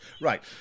Right